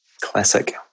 Classic